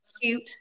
cute